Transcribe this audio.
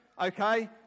okay